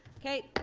okay.